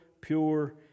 pure